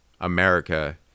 america